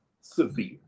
severe